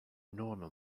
normal